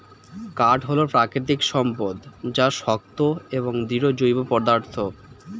কাঠ হল প্রাকৃতিক সম্পদ যা শক্ত এবং দৃঢ় জৈব পদার্থ